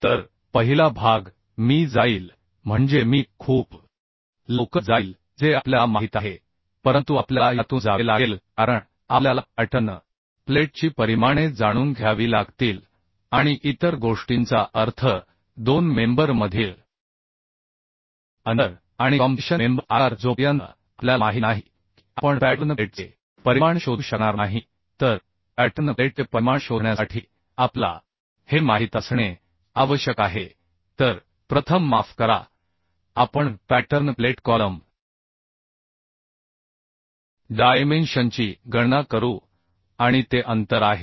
तर पहिला भाग मी जाईल म्हणजे मी खूप लवकर जाईल जे आपल्याला माहित आहे परंतु आपल्याला यातून जावे लागेल कारण आपल्याला पॅटर्न प्लेटची परिमाणे जाणून घ्यावी लागतील आणि इतर गोष्टींचा अर्थ दोन मेंबर मधील अंतर आणि कॉम्प्रेशन मेंबर आकार जोपर्यंत आपल्याला माहित नाही की आपण पॅटर्न प्लेटचे परिमाण शोधू शकणार नाही तर पॅटर्न प्लेटचे परिमाण शोधण्यासाठी आपल्याला हे माहित असणे आवश्यक आहे तर प्रथम माफ करा आपण पॅटर्न प्लेट कॉलम डायमेंशनची गणना करू आणि ते अंतर आहे